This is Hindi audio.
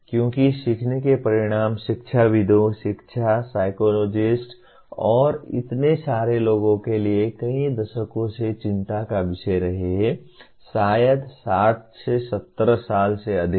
क्योंकि सीखने के परिणाम शिक्षाविदों शिक्षा साइकोलोजिस्टस और इतने सारे लोगों के लिए कई दशकों से चिंता का विषय रहे हैं शायद 60 70 साल से अधिक